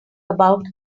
about